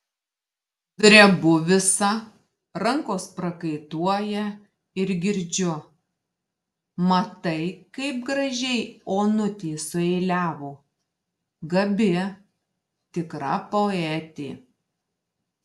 drebu visa rankos prakaituoja ir girdžiu matai kaip gražiai onutė sueiliavo gabi tikra poetė